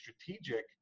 strategic